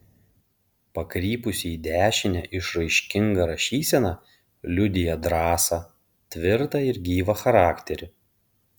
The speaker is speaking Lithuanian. pakrypusi į dešinę išraiškinga rašysena liudija drąsą tvirtą ir gyvą charakterį